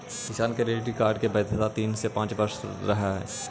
किसान credit card की वैधता तीन से पांच वर्ष रहअ हई